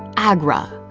agra.